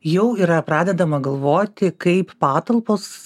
jau yra pradedama galvoti kaip patalpos